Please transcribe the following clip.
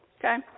Okay